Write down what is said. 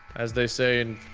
as they say in.